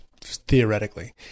theoretically